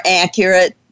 accurate